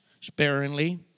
sparingly